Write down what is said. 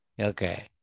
Okay